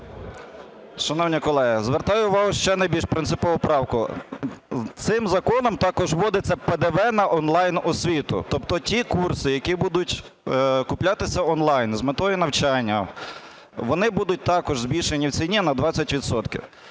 Шановні колеги, звертаю увагу ще на більш принципову правку. Цим законом також вводиться ПДВ на онлайн-освіту. Тобто ті курси, які будуть куплятися онлайн з метою навчання, вони будуть також збільшені в ціні на 20